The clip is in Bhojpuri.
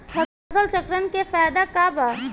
फसल चक्रण के फायदा का बा?